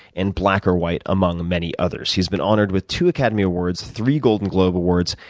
and black or white, among many others. he's been honored with two academy awards, three golden globe awards,